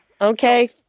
Okay